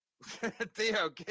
Theo